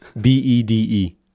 B-E-D-E